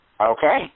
Okay